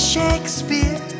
Shakespeare